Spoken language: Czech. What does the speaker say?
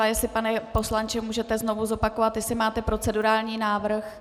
Jestli, pane poslanče, můžete znovu zopakovat, jestli máte procedurální návrh.